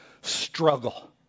struggle